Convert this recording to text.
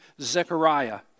Zechariah